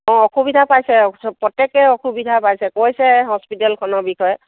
অঁ অসুবিধা পাইছে প্ৰত্যেকে অসুবিধা পাইছে কৈছে হস্পিটেলখনৰ বিষয়ে